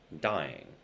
dying